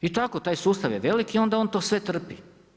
I tako taj sustav je velik i onda on to sve trpi.